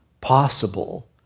possible